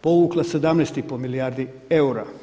povukla 17,5 milijardi eura.